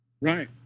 Right